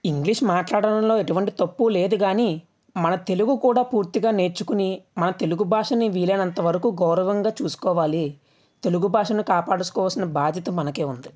English మాట్లాడడంలో ఎటువంటి తప్పూ లేదు కాని మన తెలుగు కూడా పూర్తిగా నేర్చుకుని మన తెలుగు భాషని వీలైనంతవరకు గౌరవంగా చూసుకోవాలి తెలుగు భాషను కాపాడుకోవాల్సిన బాధ్యత మనకే ఉంది